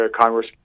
Congress